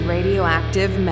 Radioactive